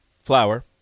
Flour